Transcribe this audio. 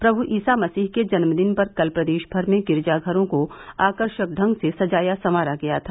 प्रभु ईसा मसीह के जन्मदिन पर कल प्रदेश भर में गिरिजा घरों को आकर्षक ढंग से सजाया संवारा गया था